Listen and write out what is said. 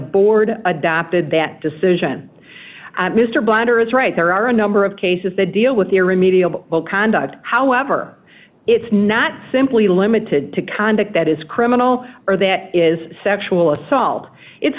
board adopted that decision mr blatter is right there are a number of cases that deal with irremediable well conduct however it's not simply limited to conduct that is criminal or that is sexual assault it's